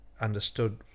understood